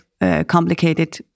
complicated